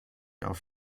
auf